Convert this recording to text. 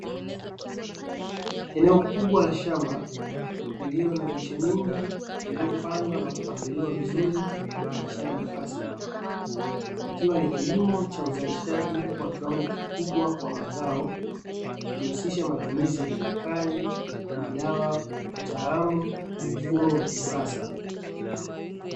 Eneo kubwa la shamba lililo na miche mingi iliyopandwa na kupangiliwa vizuri kwa kuachiana nafasi, ikiwa ni kilimo cha uzalishaji wa kiwango kikubwa wa mazao ikihusisha matumizi ya kemikali, madawa, wataalamu na mifumo ya kisasa.